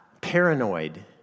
paranoid